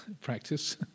practice